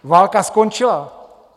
Válka skončila.